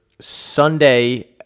Sunday